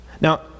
Now